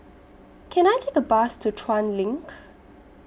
Can I Take A Bus to Chuan LINK